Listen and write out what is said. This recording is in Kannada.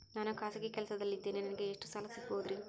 ನಾನು ಖಾಸಗಿ ಕೆಲಸದಲ್ಲಿದ್ದೇನೆ ನನಗೆ ಎಷ್ಟು ಸಾಲ ಸಿಗಬಹುದ್ರಿ?